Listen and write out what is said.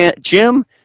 Jim